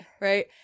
Right